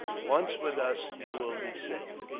once with us, you will be safe.